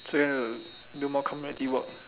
so you want to do more community work